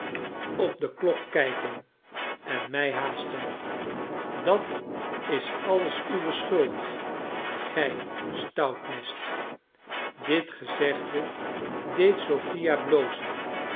op de klok kijken en mij haasten dat is alles uwe schuld gij stout nest dit gezegde deed sophia blozen